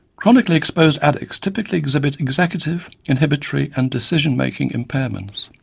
chronically exposed addicts typically exhibit executive, inhibitory and decision-making impairments.